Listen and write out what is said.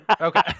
Okay